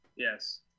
Yes